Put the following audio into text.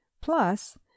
plus